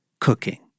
cooking